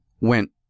went